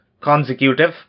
consecutive